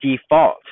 default